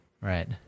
Right